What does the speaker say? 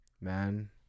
Man